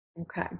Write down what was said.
Okay